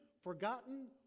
forgotten